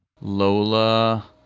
Lola